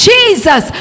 Jesus